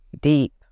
Deep